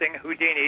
Houdini